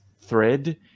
thread